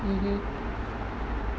mmhmm